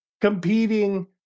competing